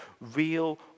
real